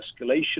escalation